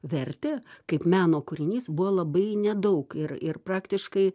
vertę kaip meno kūrinys buvo labai nedaug ir ir praktiškai